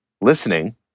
listening